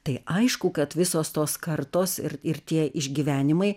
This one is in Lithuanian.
tai aišku kad visos tos kartos ir ir tie išgyvenimai